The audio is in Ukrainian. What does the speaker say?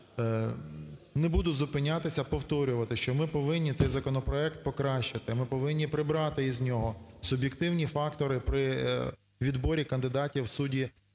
не буду зупинятися, повторювати, що ми повинні цей законопроект покращити, ми повинні прибрати із нього суб'єктивні фактори при відборі кандидатів у судді,